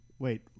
Wait